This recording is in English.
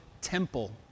Temple